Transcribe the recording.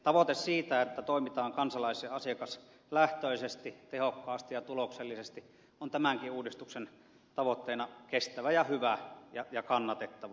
tavoite siitä että toimitaan kansalais ja asiakaslähtöisesti tehokkaasti ja tuloksellisesti on tämänkin uudistuksen tavoitteena kestävä ja hyvä ja kannatettava